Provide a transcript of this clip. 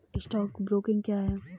Stock broking क्या है?